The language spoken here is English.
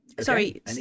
sorry